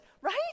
right